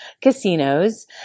casinos